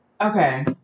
Okay